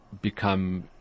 become